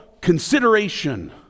consideration